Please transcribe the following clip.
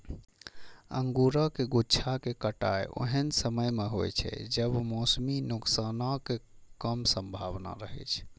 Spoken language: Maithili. अंगूरक गुच्छाक कटाइ ओहन समय मे होइ छै, जब मौसमी नुकसानक कम संभावना रहै छै